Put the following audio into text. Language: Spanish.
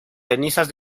cenizas